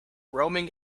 roaming